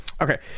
Okay